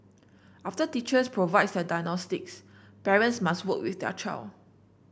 after teachers provide that diagnostics parents must work with their child